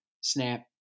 SNAP